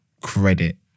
credit